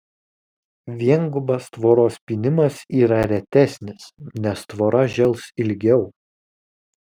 viengubas tvoros pynimas yra retesnis nes tvora žels ilgiau